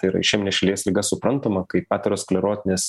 tai yra išeminė širdies liga suprantama kaip aterosklerotinės